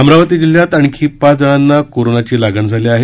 अमरावती जिल्ह्यात आणखीन ाच जणांना कोरोनाची लागण झाली आहे